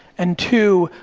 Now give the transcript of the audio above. and two,